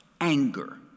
anger